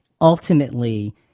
ultimately